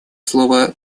слово